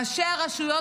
ראשי הרשויות,